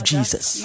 Jesus